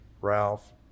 Ralph